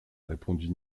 répondit